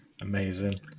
Amazing